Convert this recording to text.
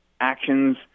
actions